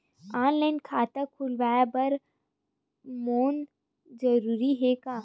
Online खाता खुलवाय बर पैन जरूरी हे का?